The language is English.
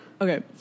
Okay